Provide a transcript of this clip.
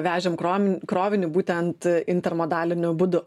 vežėm krom krovinį būtent intermodaliniu būdu